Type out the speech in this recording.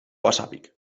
whatsappik